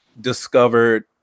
Discovered